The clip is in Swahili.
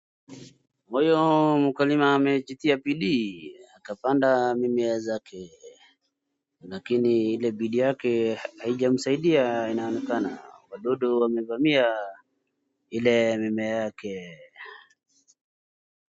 Huyu mkulima amejitia bidii akapanda mimea zake, lakini ile bidii yake haijamsaidia inaonekana, wadudu wamevamia ile mimea yake.